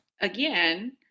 again